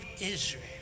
Israel